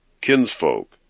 kinsfolk